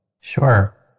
Sure